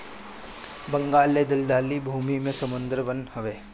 बंगाल ले दलदली भूमि में सुंदर वन हवे